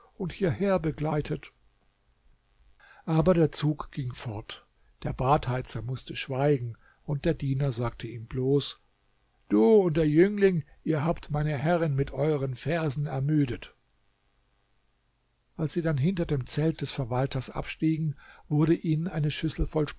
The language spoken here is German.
hierher begleitet aber der zug ging fort der badheizer mußte schweigen und der diener sagte ihm bloß du und der jüngling ihr habt meine herrin mit euren versen ermüdet als sie dann hinter dem zelt des verwalters abstiegen wurde ihnen eine schüssel voll